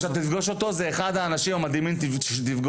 כשאתה תפגוש אותו זה אחד האנשים המדהימים שתפגוש,